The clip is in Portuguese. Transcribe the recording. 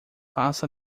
faça